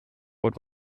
what